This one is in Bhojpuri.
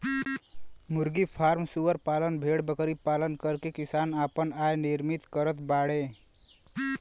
मुर्गी फ्राम सूअर पालन भेड़बकरी पालन करके किसान आपन आय निर्मित करत बाडे